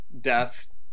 death